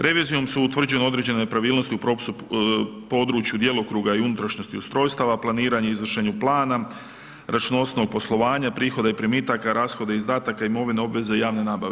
Revizijom su utvrđene određene nepravilnosti u … području djelokruga i unutrašnjosti, ustrojstava, planiranje i iznošenju plana, računovodstvenih poslovanja, prihoda i primitaka, rashoda i izdataka imovine, obveze javne nabave.